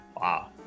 Wow